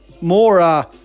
more